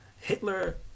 Hitler